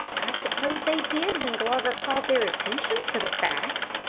i suppose they did when glover called their attention to the fact,